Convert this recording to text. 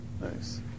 Nice